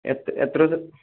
എത് എത്ര ദി